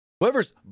whoever's